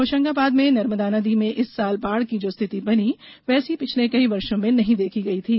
होशंगाबाद में नर्मदा नदी में इस साल बाढ़ की जो स्थिति बनी वैसी पिछले कई वर्षो में नहीं देखी गयी थी